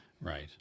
Right